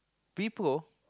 Vivo